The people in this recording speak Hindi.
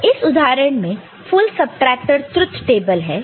तो इस उदाहरण में फुल सबट्रेक्टर ट्रुथ टेबल है